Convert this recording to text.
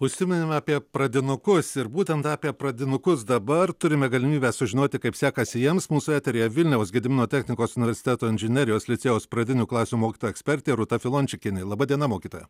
užsiminėme apie pradinukus ir būtent apie pradinukus dabar turime galimybę sužinoti kaip sekasi jiems mūsų eteryje vilniaus gedimino technikos universiteto inžinerijos licėjaus pradinių klasių mokytoja ekspertė rūta filončikienė laba diena mokytoja